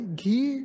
ghee